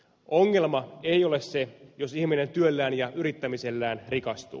ongelma ei ole se jos ihminen työllään ja yrittämisellään rikastuu